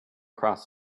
cross